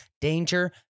danger